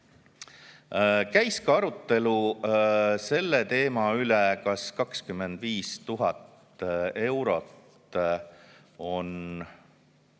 Käis ka arutelu selle teema üle, kas 25 000 eurot on